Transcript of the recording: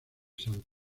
san